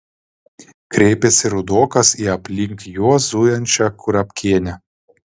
kreipėsi rudokas į aplink juos zujančią kurapkienę